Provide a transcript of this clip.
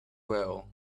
well